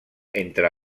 entre